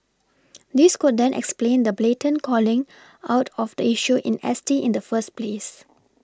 this could then explain the blatant calling out of the issue in S T in the first place